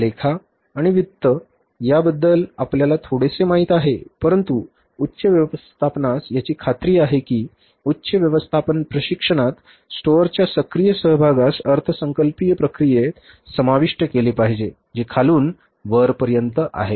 लेखा आणि वित्त याबद्दल आपल्याला थोडेसे माहिती आहे परंतु उच्च व्यवस्थापनास याची खात्री आहे की उच्च व्यवस्थापन प्रशिक्षणात स्टोअरच्या सक्रिय सहभागास अर्थसंकल्पीय प्रक्रियेत समाविष्ट केले पाहिजे जे खालून वरपर्यंत आहे